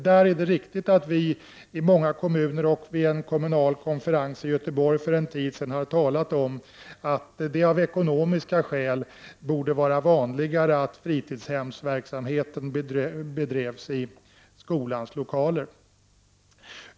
Det är riktigt att vi i många kommuner och vid en kommunal konferens i Göteborg för en tid sedan har talat om att det av ekonomiska skäl borde vara vanligare att fritidshemsverksamheten bedrivs i skolans lokaler.